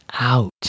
out